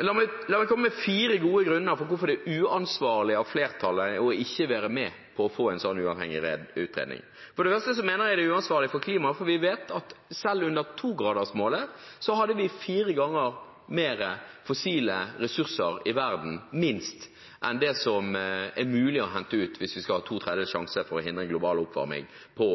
La meg komme med fire gode grunner for hvorfor det er uansvarlig av flertallet ikke å være med på å få en uavhengig utredning. For det første mener jeg det er uansvarlig med tanke på klimaet fordi vi vet at selv med 2-gradersmålet hadde vi fire ganger flere fossile ressurser i verden, minst, enn det som er mulig å hente ut hvis vi skal ha to tredjedels sjanse for å hindre en global oppvarming på